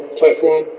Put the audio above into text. platform